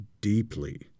deeply